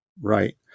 Right